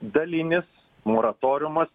dalinis moratoriumas